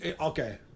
okay